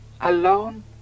alone